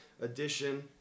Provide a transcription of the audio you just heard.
edition